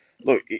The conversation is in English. Look